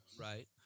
right